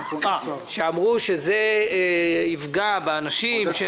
שאמרו שזה יפגע באנשים,